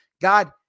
God